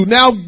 Now